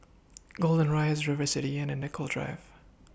Golden Rise River City Inn and Nicoll Drive